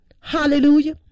Hallelujah